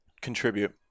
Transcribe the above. contribute